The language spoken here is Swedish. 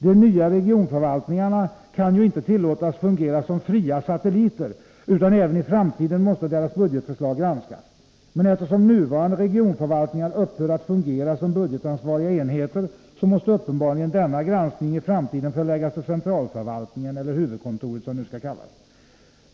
De nya regionförvaltningarna kan ju inte tillåtas fungera som fria ”satelliter” utan även i framtiden måste deras budgetförslag granskas. Men eftersom nuvarande regionförvaltningar upphör att fungera som budgetansvariga enheter, måste uppenbarligen denna granskning i framtiden förläggas till centralförvaltningen eller huvudkontoret, som det nu skall kallas.